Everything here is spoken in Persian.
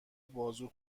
بازور